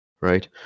right